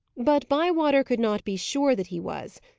but bywater could not be sure that he was,